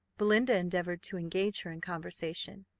belinda endeavoured to engage her in conversation,